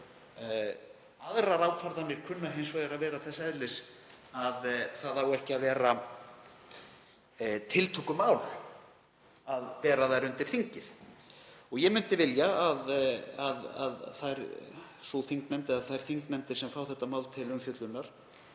Aðrar ákvarðanir kunna hins vegar að vera þess eðlis að það á ekki að vera tiltökumál að bera þær undir þingið. Ég myndi vilja að sú þingnefnd eða þær þingnefndir sem fá þetta mál til umfjöllunar